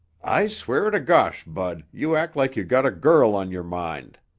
i swear to gosh, bud, you act like you got a girl on your mind.